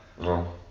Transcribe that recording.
No